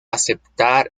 aceptar